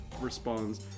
responds